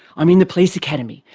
i'm in the police academy,